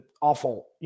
awful